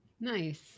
Nice